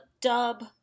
dub